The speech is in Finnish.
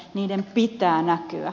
niiden pitää näkyä